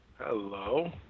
Hello